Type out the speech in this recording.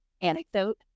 anecdote